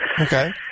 Okay